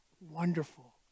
Wonderful